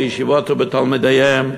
בישיבות ובתלמידיהן.